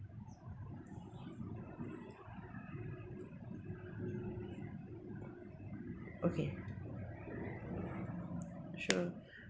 okay sure